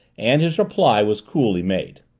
and his reply was coolly made.